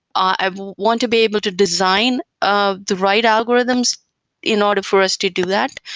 i want to be able to design ah the right algorithms in order for us to do that.